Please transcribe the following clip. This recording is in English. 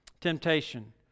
temptation